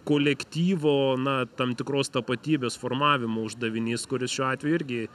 kolektyvo na tam tikros tapatybės formavimo uždavinys kuris šiuo atveju irgi